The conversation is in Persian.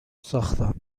ساختم